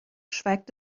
schweigt